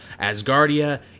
Asgardia